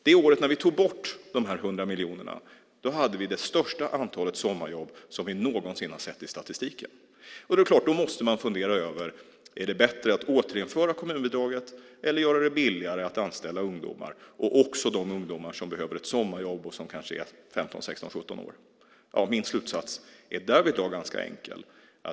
Det året vi tog bort de här 100 miljonerna hade vi det största antalet sommarjobb som vi någonsin har sett i statistiken. Det är klart att då måste man fundera över om det är bättre att återinföra kommunbidraget eller att göra det billigare att anställa ungdomar - också de ungdomar som behöver ett sommarjobb och som kanske är 15-16-17 år. Ja, min slutsats är därvidlag ganska enkel.